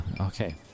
Okay